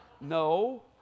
no